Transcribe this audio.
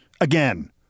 again